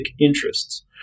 interests